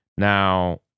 Now